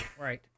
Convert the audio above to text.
Right